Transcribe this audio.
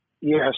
Yes